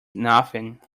nothing